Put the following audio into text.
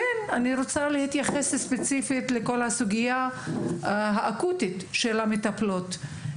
אני רוצה להתייחס ספציפית לכל הסוגיה האקוטית של המטפלות.